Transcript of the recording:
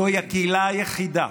זוהי הקהילה היחידה